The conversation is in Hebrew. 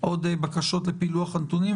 עוד בקשות לפילוח הנתונים.